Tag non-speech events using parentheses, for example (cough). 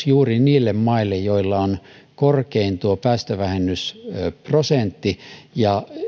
(unintelligible) juuri niille maille joilla on korkein päästövähennysprosentti ja